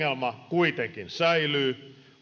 kuitenkin säilyy